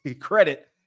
credit